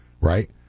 Right